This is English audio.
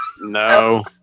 No